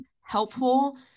helpful